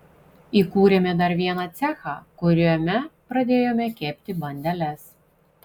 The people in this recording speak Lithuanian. įkūrėme dar vieną cechą kuriame pradėjome kepti bandeles